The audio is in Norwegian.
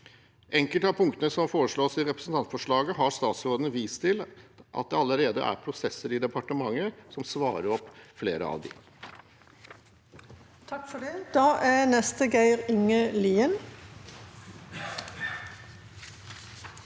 Enkelte av punktene som foreslås i representantforslaget, har statsråden vist til at det allerede er prosesser i departementet som svarer opp. Geir Inge